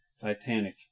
Titanic